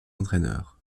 d’entraîneur